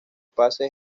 pase